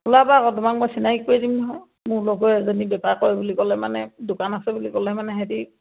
ওলাবা অঁ তোমাক মই চিনাকি কৰি দিম নহয় মোৰ লগৰে এজনী বেপাৰ কৰে বুলি ক'লে মানে দোকান আছে বুলি ক'লে মানে সেহেঁতি